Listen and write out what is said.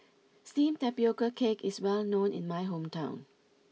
Steamed Tapioca Cake is well known in my hometown